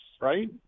right